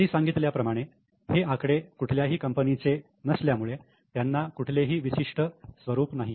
आधी सांगितल्या प्रमाणे हे आकडे कुठल्याही कंपनीचे नसल्यामुळे त्यांना कुठलेही विशिष्ट स्वरूप नाही